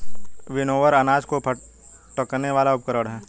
winnower अनाज को फटकने वाला उपकरण है